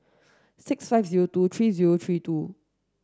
six five zero two three zero three two